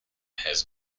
has